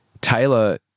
Taylor